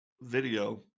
video